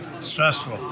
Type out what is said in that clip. Stressful